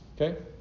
Okay